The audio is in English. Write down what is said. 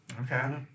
Okay